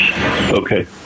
Okay